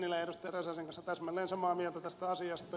räsäsen kanssa täsmälleen samaa mieltä tästä asiasta